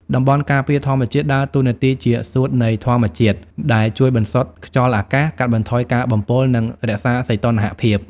តំបន់ការពារធម្មជាតិដើរតួនាទីជា "សួត" នៃធម្មជាតិ ដែលជួយបន្សុទ្ធខ្យល់អាកាស កាត់បន្ថយការបំពុល និងរក្សាសីតុណ្ហភាព។